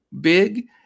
big